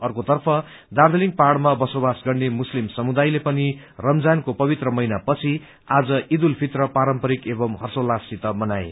अर्कोतर्फ दार्जीलिङ पहाङमा बसोबासो गर्ने मुस्लिम समुदायले पनि रमजानको पवित्र महिना पछि आज इद उल फितर पारम्पारिक एवं हर्षोल्लास साथ मनाए